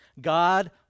God